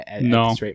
No